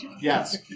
Yes